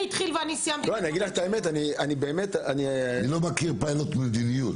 אני לא מכיר פיילוט מדיניות,